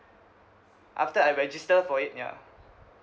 after I register for it yeah